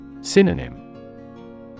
Synonym